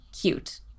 cute